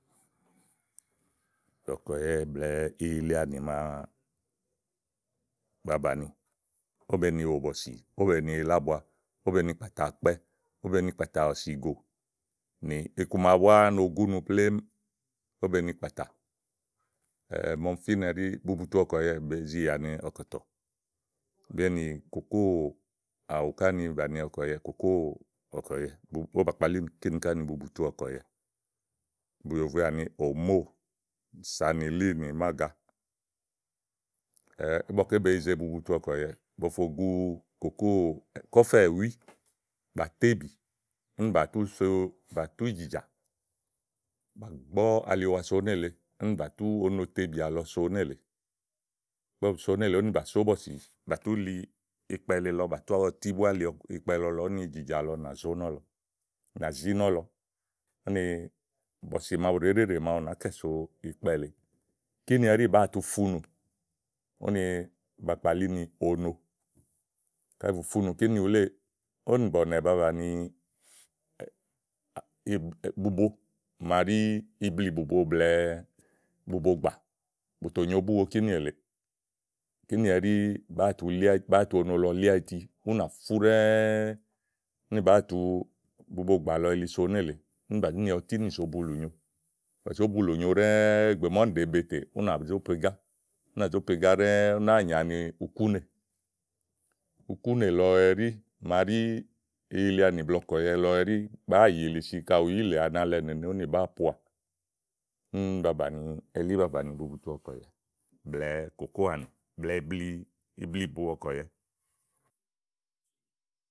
Ɔ̀kùɛ̀yɛ blɛɛ iyilianì màa ba bàni ówó be ni wò bɔ̀sì, óò be ni yila ábu, ówó beni kpàtà alɩ, ówò be ni kpàtà ɔ̀sìgò nì iku ma búá no gúnu plémú òó be nì kpàtà màa ɔmi fínɛ ɖi bubutu ɔkùɛ̀yɛ be zi yìnà ni ɔ̀kɔ̀tɔ̀ beni kòkóò òwù ni ká ni bàni ɔ̀kùɛ̀yɛ, ówò ba kpalí kíni ká ni butubutu ɔ̀kùɛ̀yɛ. Bùyòvoè àni òmóò sàìlíì nì máágá ígbɔké be yize bubutu ɔkùɛ̀yɛ. Bòo do gu kòkóò, kɔ́fɛ̀wí, bà tébì úni bù tù so, bà tu ìjìjà, bà gbɔ aliwa so né lèe úni bà tú onotebì lɔ so nélèe ígbɔ bu so nélèe úni bà so bɔ̀sì bà li ikpɛ le lɔ úni bɔ̀sì màa bu ɖèé ɖeɖè màa wu nàákɛsòo ikpɛ lèe. Kíni ɛɖí bàáa tu funù úni bà kpalí ni ono. kàɖi bù funù kíni wuléè ówò nì bɔ̀nɛ̀ ba bàni bubo màa ɖí iblibùbo blɛ̀ɛ bubogbà bù tò nyo búwo kínì èlèeè. Kíni ɛɖí bàáa tu ono lɔ li áyiti únà fú ɖɛ́ɛ́ úni bàáa tu bubogbà lɔ yili so nélèe úni bàá ni ɔtí nì zòo bulùnyo bà zó bulùnyo ɖɛ́ɛ́ ìgbè úni ɖèe be tè ú nà zó pegá, ú nà zó pegá ɖɛ́ɛ ú náa nyì ani ukúnè ukú nè lɔ ɛɖí màa ɖí iyilianì blɛ̀ɛ ɔ̀kùɛ̀yɛ lɔ ɛɖí bàáa poà elí ba bàni bubutu ɔ̀kùɛ̀yɛ, blɛ̀ɛ klóò àni blɛ̀ɛ ibli ibliìbo ɔ̀kùɛ̀yɛ.